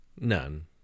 none